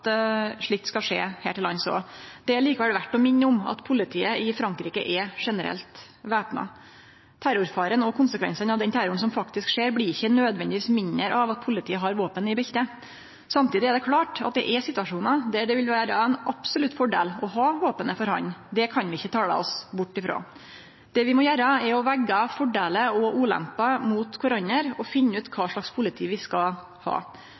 slikt skal skje her til lands også. Det er likevel verdt å minne om at politiet i Frankrike er generelt væpna. Terrorfaren og konsekvensane av den terroren som faktisk skjer, blir ikkje nødvendigvis mindre av at politiet har våpen i beltet. Samtidig er det klårt at det er situasjonar der det vil vere ein absolutt fordel å ha våpenet for hand, det kan vi ikkje tale oss bort frå. Det vi må gjere, er å vege fordeler og ulemper mot kvarandre og finne ut kva slags politi vi skal ha.